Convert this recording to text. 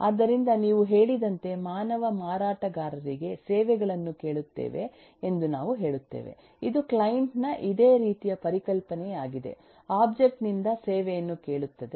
ಆದ್ದರಿಂದ ನೀವು ಹೇಳಿದಂತೆ ಮಾನವ ಮಾರಾಟಗಾರರಿಗೆ ಸೇವೆಗಳನ್ನು ಕೇಳುತ್ತೇವೆ ಎಂದು ನಾವು ಹೇಳುತ್ತೇವೆ ಇದು ಕ್ಲೈಂಟ್ ನ ಇದೇ ರೀತಿಯ ಪರಿಕಲ್ಪನೆಯಾಗಿದೆ ಒಬ್ಜೆಕ್ಟ್ ನಿಂದ ಸೇವೆಯನ್ನು ಕೇಳುತ್ತದೆ